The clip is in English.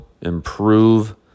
improve